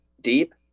deep